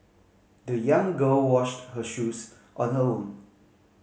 the young girl washed her shoes on her own